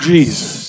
Jesus